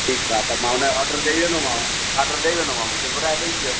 ठीकु आहे त मां उनजो ऑडर ॾई छॾोमाव ऑडर ॾई छॾोमाव मूंखे घुराए ॾई छॾिजो